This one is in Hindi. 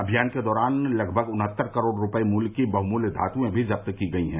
अभियान के दौरान लगभग उन्हत्तर करोड़ रूपये मूल्य की बहुमूल्य धातुए भी जुब्त की गई हैं